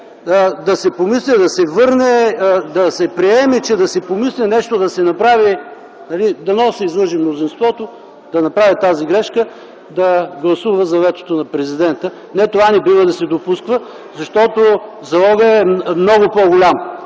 да се помисли, да се върне, да се приеме, че да се помисли нещо да се направи, та дано се излъже мнозинството и да направи тази грешка - да гласува за ветото на президента. Не, това не бива да се допуска! Залогът е много по-голям.